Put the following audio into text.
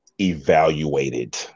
evaluated